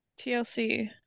tlc